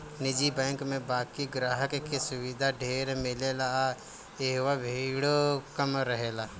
निजी बैंक में बाकि ग्राहक के सुविधा ढेर मिलेला आ इहवा भीड़ो कम रहेला